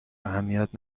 اهمیت